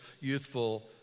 youthful